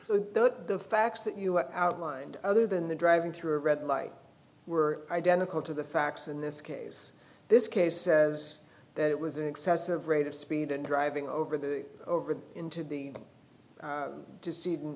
that the facts that you are outlined other than the driving through a red light were identical to the facts in this case this case says that it was an excessive rate of speed and driving over the over into the